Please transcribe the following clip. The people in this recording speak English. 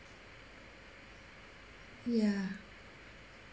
ya